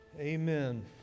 amen